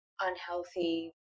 unhealthy